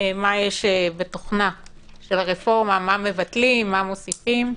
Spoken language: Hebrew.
מה יש בתוכנה הרפורמה, מה מבטלים ומה מוסיפים.